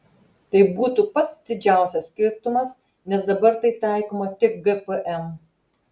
tai būtų pats didžiausias skirtumas nes dabar tai taikoma tik gpm